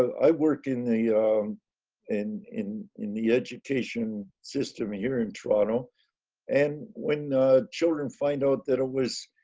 i work in the in in in the education system here in toronto and when children find out that it was